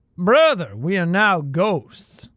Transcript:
brother, we are now ghosts!